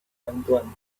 bantuan